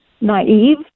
naive